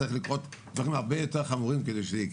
צריכים לקרות דברים הרבה יותר חמורים כדי שזה יקרה.